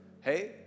hey